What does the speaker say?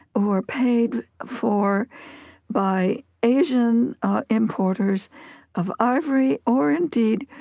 who are paid for by asian importers of ivory or, indeed,